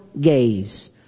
gaze